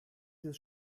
des